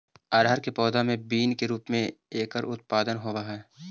अरहर के पौधे मैं बीन के रूप में एकर उत्पादन होवअ हई